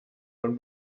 von